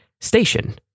Station